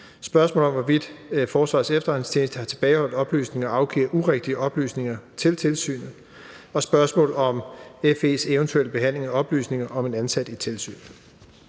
spørgsmål om, hvorvidt Forsvarets Efterretningstjeneste har tilbageholdt oplysninger og afgivet urigtige oplysninger til tilsynet, og spørgsmålet om FE's eventuelle behandling af oplysninger om en ansat i tilsynet.